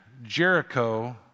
Jericho